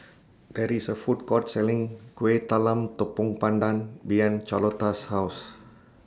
There IS A Food Court Selling Kuih Talam Tepong Pandan behind Charlotta's House